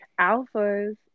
alphas